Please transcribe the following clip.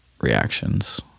reactions